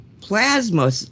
plasma